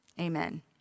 amen